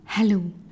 Hello